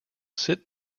sit